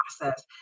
process